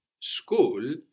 School